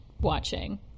watching